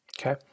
okay